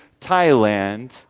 Thailand